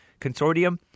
consortium